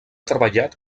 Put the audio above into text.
treballat